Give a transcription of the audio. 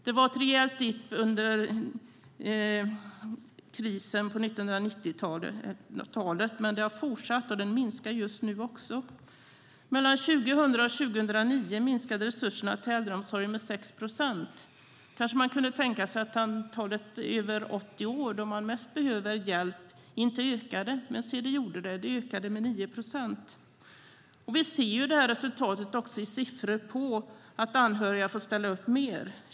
Det var en rejäl dip under krisen på 1990-talet, men krisen har fortsatt och resurserna minskar nu också. Mellan 2000 och 2009 minskade resurserna till äldreomsorgen med 6 procent. Kanske trodde man att antalet äldre över 80 år då de mest behöver hjälp inte skulle öka, men se det gjorde det. Antalet ökade med 9 procent. Vi ser resultatet i siffror på att anhöriga får ställa upp mer.